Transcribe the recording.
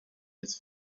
his